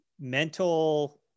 mental